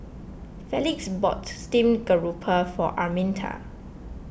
Felix bought Steamed Garoupa for Arminta